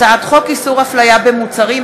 הצעת חוק איסור הפליה במוצרים,